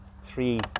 three